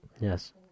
Yes